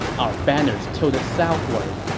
our banners tilted southward,